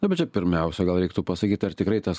nu bet čia pirmiausia gal reiktų pasakyt ar tikrai tas